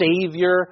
Savior